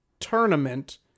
tournament